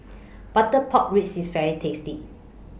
Butter Pork Ribs IS very tasty